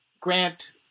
grant